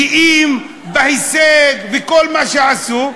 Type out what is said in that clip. גאים בהישג ובכל מה שעשו,